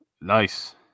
Nice